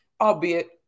albeit